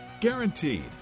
Guaranteed